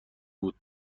بود